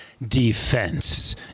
defense